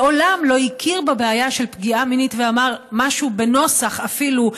הוא מעולם לא הכיר בבעיה של פגיעה מינית ואמר משהו בנוסח אפילו: